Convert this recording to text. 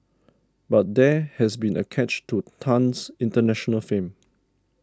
but there has been a catch to Tan's international fame